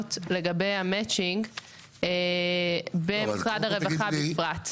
לגבי המצ'ינג במשרד הרווחה בפרט.